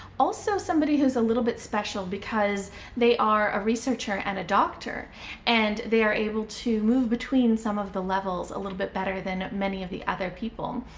also somebody who's a little bit special because they are a researcher and a doctor and they are able to move between some of the levels a little bit better than many of the other people.